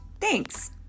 Thanks